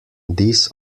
this